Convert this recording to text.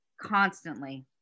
constantly